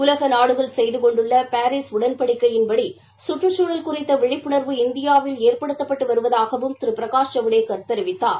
உலக நாடுகள் செய்து கொண்டுள்ள பாரீஸ் உடன்படிக்கையின்படி சுற்றுச்சூழல் குறித்த விழிப்பணர்வு இந்தியாவில் ஏற்படுத்தப்பட்டு வருவதாகவும் திரு பிரகாஷ் ஜவடேக்கா தெரிவித்தார்